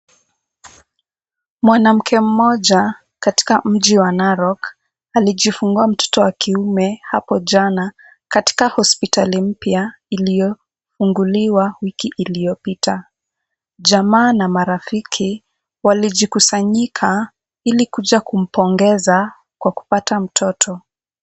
Mwanamke mmoja katika mji wa Narok alijifungua mtoto wa kiume hapo jana katika hospitali mpya iliyofunguliwa wiki iliyopita. Jamaa na marafiki walijikusanyika ili kuja kumpongeza kwa kupata mtoto.